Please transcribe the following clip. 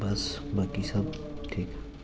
ते बस बाकी सब ठीक